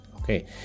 Okay